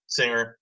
singer